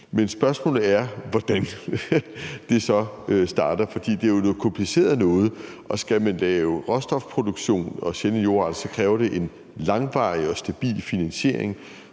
Men spørgsmålet er, hvordan det så starter. For det er jo noget kompliceret noget, og skal man lave råstofproduktion og sende jord, kræver det en langvarig og stabil finansiering